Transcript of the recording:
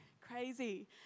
crazy